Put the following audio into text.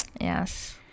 yes